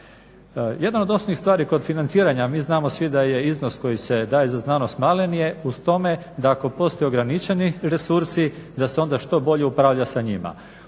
Jedna od osnovnih stvari kod financiranja, a mi znamo svi da je iznos koji se daje za znanost malen je u tome da ako postoje ograničeni resursi da se onda što bolje upravlja sa njima.